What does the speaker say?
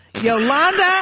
Yolanda